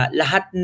lahat